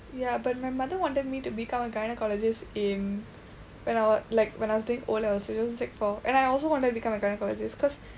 ya but my mother wanted me to become a gynaecologist in when I was like when I was doing O levels it was in sec four I also wanted to become a gynecologist cause